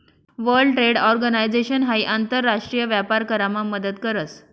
world trade organisation हाई आंतर राष्ट्रीय व्यापार करामा मदत करस